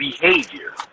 behavior